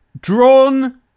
drawn